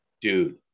dude